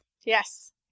Yes